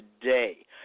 today